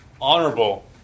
honorable